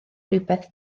rhywbeth